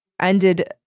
ended